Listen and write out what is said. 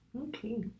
Okay